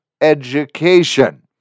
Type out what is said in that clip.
education